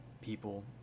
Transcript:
people